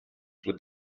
would